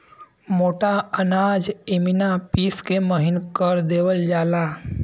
मोटा अनाज इमिना पिस के महीन कर देवल जाला